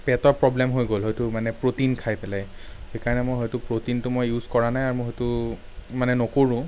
পেটৰ প্ৰব্লেম হৈ গ'ল হয়তো মানে প্ৰ'টিন খাই পেলাই সেই কাৰণে মই হয়তো প্ৰ'টিনটো মই ইউজ কৰা নাই আৰু মই হয়তো মানে নকৰোঁ